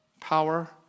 Power